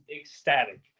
ecstatic